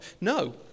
No